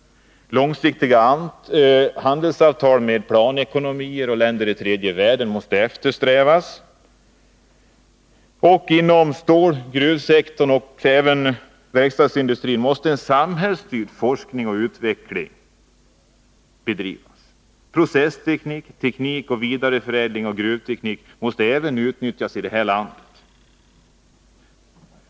Långsiktiga handelsavtal med planekonomier och länder i tredje världen måste eftersträvas. Och inom ståloch gruvsektorn och även verkstadsindustrin måste en samhällsstyrd forskning och utveckling bedrivas. Processteknik, vidareförädling och gruvteknik måste utnyttjas även i det här landet.